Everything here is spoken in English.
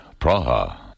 Praha